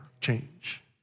change